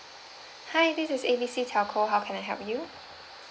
hi this is A B C telco how can I help you